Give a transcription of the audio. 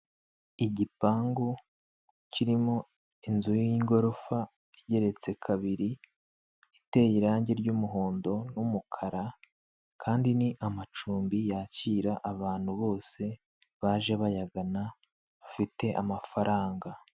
Igipangu kirimo inzu y'igorofa igeretse kabiri iteye irangi ry'umuhondo n'umukara kandi ni amacumbi yakira abantu bose baje bayagana bafite amafaranga.